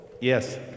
Yes